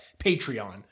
Patreon